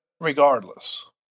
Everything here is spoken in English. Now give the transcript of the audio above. regardless